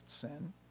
sin